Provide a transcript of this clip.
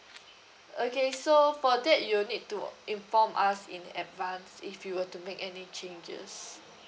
okay so for that you'll need to inform us in advance if you were to make any changes